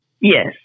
Yes